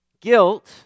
Guilt